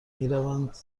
میروند